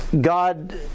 God